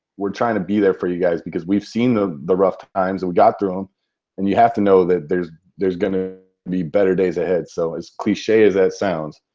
we're trying to be there for you guys because we've seen the the rough times. we got through them and you have to know that there's there's going to be better days ahead, so as cliche as that sounds.